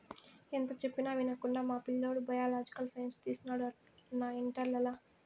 ఎంత చెప్పినా వినకుండా మా పిల్లోడు బయలాజికల్ సైన్స్ తీసినాడు అన్నా ఇంటర్లల